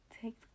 take